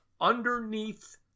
underneath